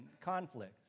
conflicts